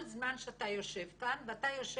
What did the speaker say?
ואני שמעתי את ראש עיריית חולון מתראיין ואומר,